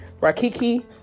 rakiki